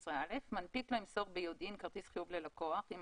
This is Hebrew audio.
מנפיק לא ימסור ביודעין כרטיס חיוב ללקוח אם